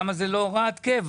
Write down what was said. למה זאת לא הוראת קבע?